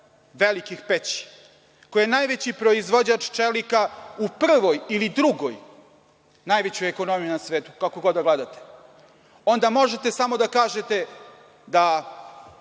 velikih peći, koja je najveći proizvođač čelika u prvoj ili drugoj najvećoj ekonomiji na svetu, kako god da gledate, onda možete samo da kažete da